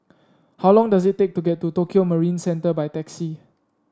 how long does it take to get to Tokio Marine Centre by taxi